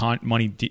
money